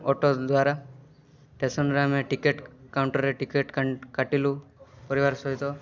auto ଦ୍ୱାରା ଷ୍ଟେସନ୍ରେ ଆମେ ଟିକେଟ୍ କାଉଣ୍ଟରରେ ଟିକେଟ୍ କାଟିଲୁ ପରିବାର ସହିତ